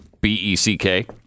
B-E-C-K